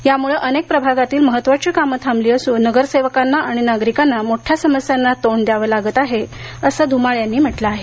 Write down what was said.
यामुळे अनेक प्रभागातील महत्त्वाची काम थांबली असून नगरसेवकांना आणि नागरिकांना मोठ्या समस्यांना तोंड द्यावे लागत आहे असं धुमाळ यांनी म्हटले आहे